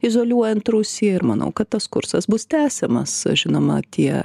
izoliuojant rusiją ir manau kad tas kursas bus tęsiamas žinoma tie